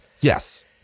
Yes